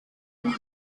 nyuma